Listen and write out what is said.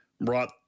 brought